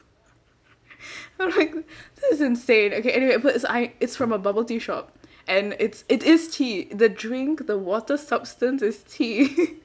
I'm like this is insane okay anyway but I it's from a bubble tea shop and it's it is tea the drink the water substance is tea